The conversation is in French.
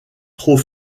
trop